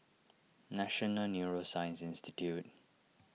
National Neuroscience Institute